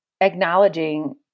acknowledging